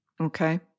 Okay